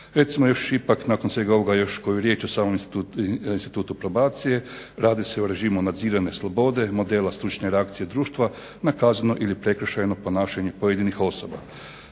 Recimo još ipak nakon svega ovoga još koju riječ o samom institutu probacije. Radi se o režimu nadzirane slobode, modela stručne reakcije društva na kaznu ili prekršajno ponašanje pojedinih osoba.